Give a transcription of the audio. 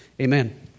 Amen